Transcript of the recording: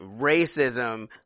Racism